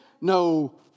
no